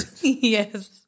yes